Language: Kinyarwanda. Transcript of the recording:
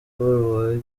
paul